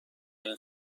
این